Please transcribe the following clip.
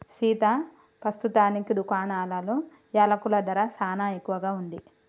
సీతా పస్తుతానికి దుకాణాలలో యలకుల ధర సానా ఎక్కువగా ఉంది